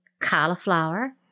cauliflower